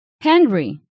Henry